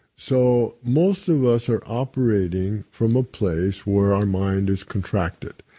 so most of us are operating from a place where our mind is contracted.